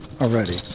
already